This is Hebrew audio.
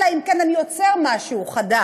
אלא אם כן אני יוצר משהו חדש.